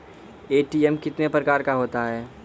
ATM कितने प्रकार का होता हैं?